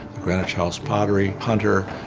greenwich house pottery, hunter,